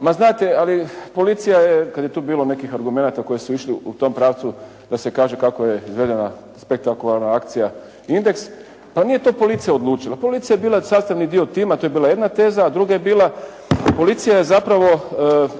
ma znate, ali policija je, kad je tu bilo nekih argumenata koji su išli u tom pravcu da se kaže kako je izvedena spektakularna akcija "Indeks", pa nije to policija odlučila. Policija je bila sastavni dio tima, to je bila jedna teza. A druga je bila policija je zapravo